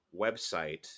website